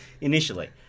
initially